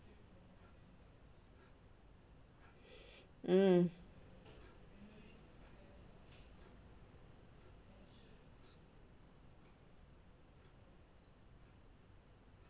mm